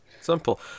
Simple